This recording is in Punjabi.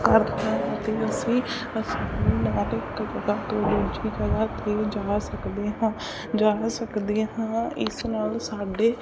ਕਰ ਦਿੱਤਾ ਅਤੇ ਅਸੀਂ ਇੱਕ ਜਗ੍ਹਾ ਤੋਂ ਦੂਜੀ ਜਗ੍ਹਾ 'ਤੇ ਜਾ ਸਕਦੇ ਹਾਂ ਜਾ ਸਕਦੇ ਹਾਂ ਇਸ ਨਾਲ ਸਾਡੇ